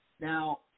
Now